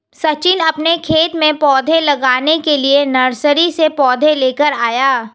सचिन अपने खेत में पौधे लगाने के लिए नर्सरी से पौधे लेकर आया